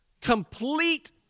Complete